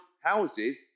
houses